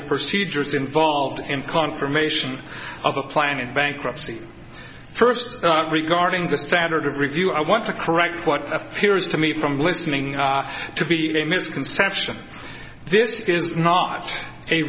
the procedures involved in confirmation of a plan in bankruptcy first regarding the standard of review i want to correct what appears to me from listening to be a misconception this is not